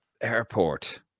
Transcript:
airport